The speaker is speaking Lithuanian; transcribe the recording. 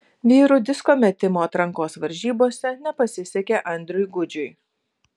vyrų disko metimo atrankos varžybose nepasisekė andriui gudžiui